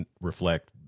reflect